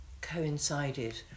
coincided